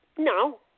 No